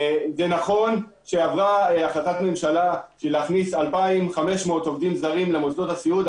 זה נכון שעברה החלטת ממשלה להכניס 2,500 עובדים זרים למוסדות הסיעוד,